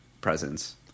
presence